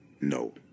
No